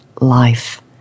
life